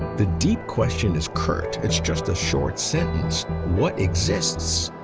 the deep question is curt. it's just a short sentence what exists?